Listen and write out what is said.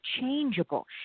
changeable